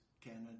Canada